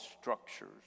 structures